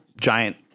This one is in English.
Giant